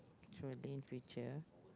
truly in future